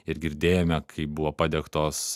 ir girdėjome kaip buvo padegtos